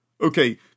Okay